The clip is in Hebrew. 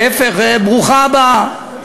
להפך, ברוכה הבאה.